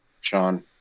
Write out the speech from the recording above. Sean